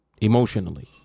emotionally